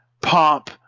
pomp